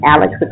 Alex